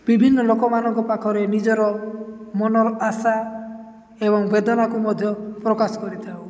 ବିଭିନ୍ନ ଲୋକମାନଙ୍କ ପାଖରେ ନିଜର ମନର ଆଶା ଏବଂ ବେଦନାକୁ ମଧ୍ୟ ପ୍ରକାଶ କରିଥାଉ